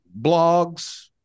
blogs